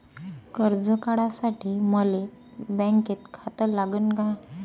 कर्ज काढासाठी मले बँकेत खातं लागन का?